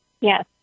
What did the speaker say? Yes